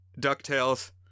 DuckTales